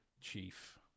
chief